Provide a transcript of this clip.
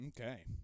Okay